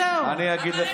זה מפריע לי,